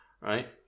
right